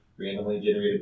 randomly-generated